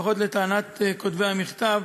לפחות לטענת כותבי המכתב,